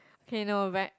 okay no back